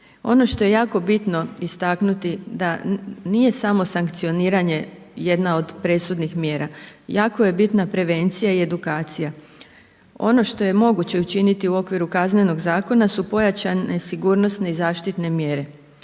Ono što je jako bitno istaknuti da nije samo sankcioniranje jedna od presudnih mjera. Jako je bitna prevencija i edukacija. Ono što je moguće učiniti u okviru kaznenog zakona su pojačane sigurnosne i zaštitne mjere.